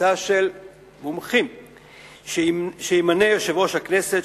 מועצה של מומחים שימנה יושב-ראש הכנסת,